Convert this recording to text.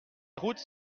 routes